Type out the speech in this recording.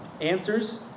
answers